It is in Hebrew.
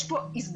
יש פה הזדמנות,